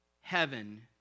heaven